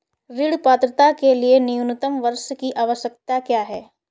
ऋण पात्रता के लिए न्यूनतम वर्ष की आवश्यकता क्या है?